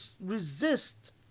resist